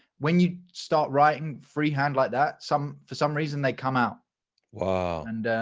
when you start writing freehand like that. some for some reason, they come out well, and